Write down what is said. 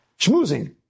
schmoozing